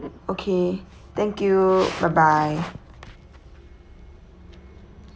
okay thank you bye bye